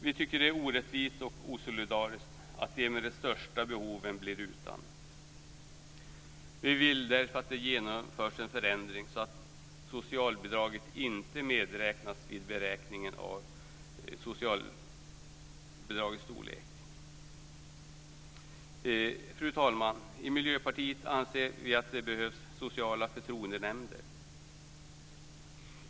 Vi tycker att det är orättvist och osolidariskt att de med de största behoven blir utan. Vi vill därför att det genomförs en förändring så att barnbidraget inte medräknas vid beräkningen av socialbidragets storlek. Fru talman! I Miljöpartiet anser vi att det behövs sociala förtroendenämnder.